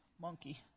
monkey